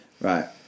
Right